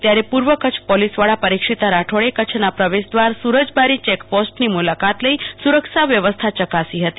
ત્યારે પૂર્વકચ્છ પોલીસવડા પરિક્ષીતા રાઠોડે કચ્છના પ્રવેશ દવારા સુરજબારી ચેકપોસ્ટની મુલા કાત લઈ સુરક્ષા વ્યવસ્થા ચકાસી હતી